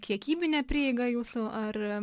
kiekybinė prieiga jūsų ar